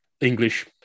english